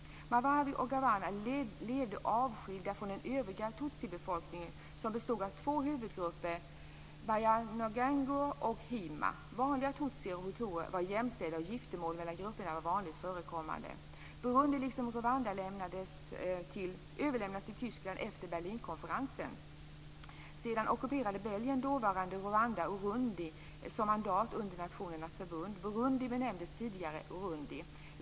Mwami och ganwa levde avskilda från den övriga tutsibefolkningen som bestod av huvudgrupper, banyaruguru och hima. Vanliga tutsier och hutuer var jämställda, och giftermål mellan grupperna var vanligt förekommande. Burundi liksom Rwanda överlämnades till Tyskland efter Berlinkonferensen. Sedan ockuperade Belgien dåvarande Rwanda och Burundi som mandat under Nationernas förbund. Burundi benämndes tidigare Urundi.